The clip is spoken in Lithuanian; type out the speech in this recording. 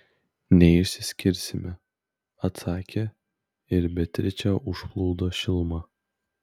neišsiskirsime atsakė ir beatričę užplūdo šiluma